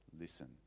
listen